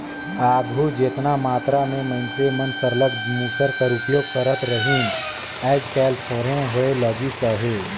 आघु जेतना मातरा में मइनसे मन सरलग मूसर कर उपियोग करत रहिन आएज काएल थोरहें होए लगिस अहे